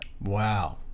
Wow